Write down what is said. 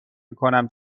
میکنم